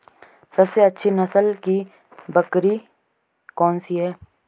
सबसे अच्छी नस्ल की बकरी कौन सी है?